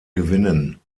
gewinnen